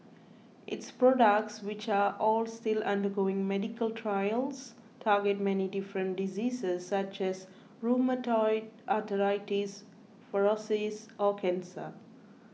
its products which are all still undergoing medical trials target many different diseases such as rheumatoid arthritis psoriasis or cancer